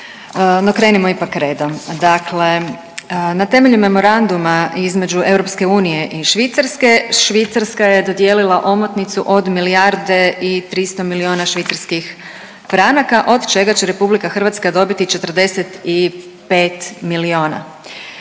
krenimo ipak redom. Dakle, na temelju Memoranduma između EU i Švicarske, Švicarska je dodijelila omotnicu od milijarde i 300 milijuna švicarskih franaka od čega će RH dobiti 45 milijuna.